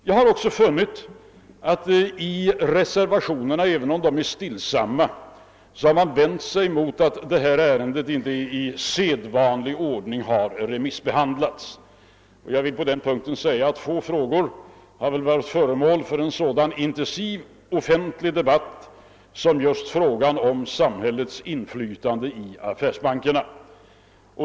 Jag har också funnit att man i reservationerna, även om de är stillsamma, har vänt sig mot att detta ärende inte i sedvanlig ordning har remissbehandlats. Jag vill på den punkten säga att det väl är få frågor som varit föremål för en så intensiv offentlig debatt som just frågan om samhällets inflytande i affärsbankerna.